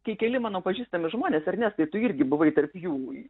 kai keli mano pažįstami žmonės ernestai tu irgi buvai tarp jų